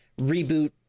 reboot